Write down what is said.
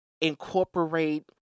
incorporate